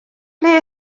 ble